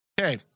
Okay